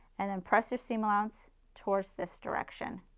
and then press your seam allowance towards this direction.